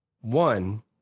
One